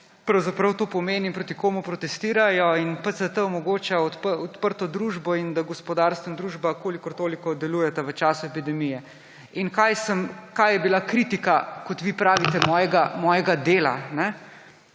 pravzaprav to pomeni in proti komu protestirajo. PCT omogoča odprto družbo in da gospodarstvo in družba kolikor toliko delujeta v času epidemije. In kaj je bila kritika, kot vi pravite, mojega dela?